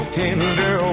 tender